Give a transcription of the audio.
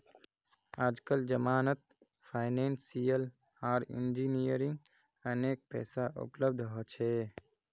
आजकल जमानत फाइनेंसियल आर इंजीनियरिंग अनेक पैसा उपलब्ध हो छे